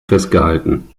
festgehalten